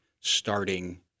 starting